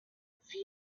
few